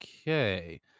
okay